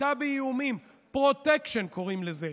סחיטה באיומים, "פרוטקשן" קוראים לזה,